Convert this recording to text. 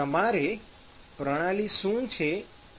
તમારે પ્રણાલી શું છે તે પણ જોવું પડે